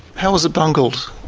how was it bungled?